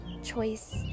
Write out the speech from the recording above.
choice